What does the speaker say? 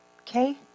Okay